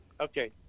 Okay